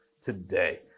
today